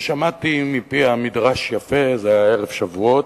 ושמעתי מפיה מדרש יפה, זה היה ערב שבועות.